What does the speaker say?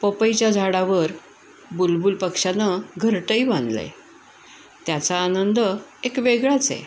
पपईच्या झाडावर बुलबुल पक्ष्यानं घरटंही बांधलं आहे त्याचा आनंद एक वेगळाच आहे